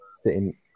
sitting